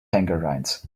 tangerines